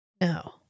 No